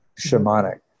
shamanic